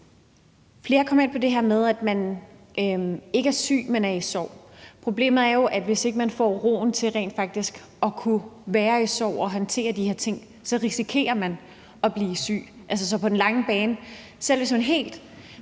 Flere kom ind på det her med, at man ikke er syg, men i sorg. Problemet er jo, at hvis man ikke får ro til rent faktisk at kunne være i sorg og håndtere de her ting, så risikerer man at blive syg. Så selv hvis man kun